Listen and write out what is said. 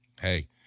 hey